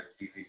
TV